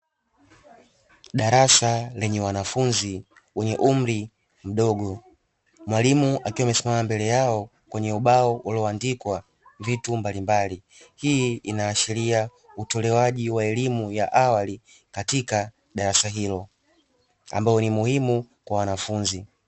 Darasa lenye wanafunzi wenye umri mdogo, mwalimu akiwa amesimama mbele yao kwenye ubao ulioandikwa vitu mbalimbali, hii inaashiria utolewaji wa elimu ya awali katika darasa hilo ambayo ni muhimu kwa wanafunzi.